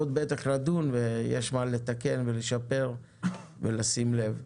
יש עוד מה לדון, לתקן ולשפר ולשים לב.